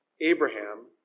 Abraham